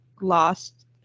lost